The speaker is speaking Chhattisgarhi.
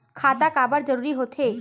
खाता काबर जरूरी हो थे?